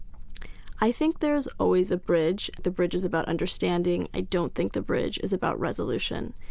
i think there's always a bridge. the bridge is about understanding. i don't think the bridge is about resolution.